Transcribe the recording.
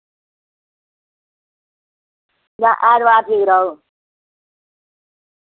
जां ऐतबार ठीक रौह्ग